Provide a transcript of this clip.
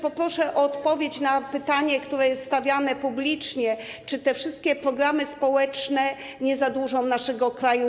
Poproszę o odpowiedź na pytanie, które jest stawiane publicznie, czy te wszystkie programy społeczne nie zadłużą naszego kraju?